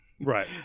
Right